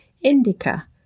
indica